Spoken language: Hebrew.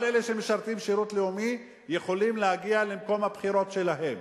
כל אלה שמשרתים שירות לאומי יכולים להגיע למקום הבחירות שלהם.